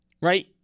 right